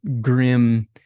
grim